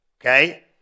Okay